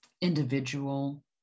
individual